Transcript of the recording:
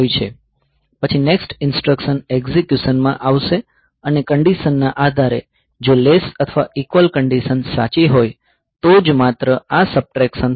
પછી next instruction execution માં આવશે અને કંડીશન ના આધારે જો લેસ અથવા ઇક્વલ કંડીશન સાચી હોય તો જ માત્ર આ સબટ્રેક્સન થશે